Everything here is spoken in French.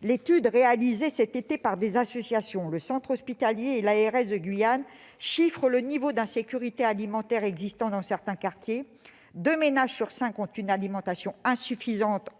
L'étude réalisée cet été par des associations, le centre hospitalier et l'ARS de Guyane chiffre le niveau d'insécurité alimentaire qui existe dans certains quartiers : deux ménages sur cinq ont eu une alimentation insuffisante